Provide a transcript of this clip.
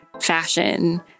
fashion